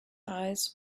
eyes